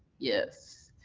yes.